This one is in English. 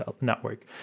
network